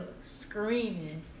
screaming